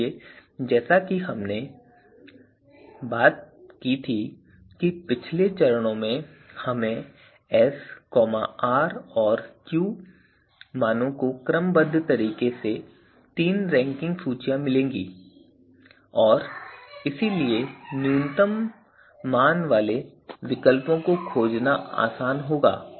इसलिए जैसा कि हमने में बात की थी पिछले चरणों में हमें एस आर और क्यू मानों को क्रमबद्ध करके तीन रैंकिंग सूचियां मिलेंगी और इसलिए न्यूनतम मान वाले विकल्पों को खोजना आसान होगा